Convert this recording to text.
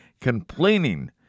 complaining